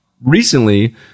recently